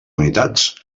unitats